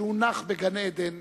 שהונח בגן-עדן